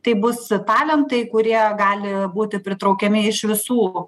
tai bus talentai kurie gali būti pritraukiami iš visų